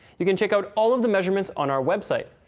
you can check out all of the measurements on our website.